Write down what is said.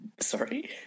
Sorry